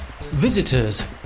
Visitors